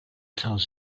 tells